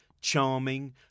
charming